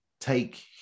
Take